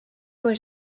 was